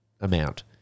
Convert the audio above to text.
amount